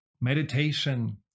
meditation